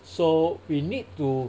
so we need to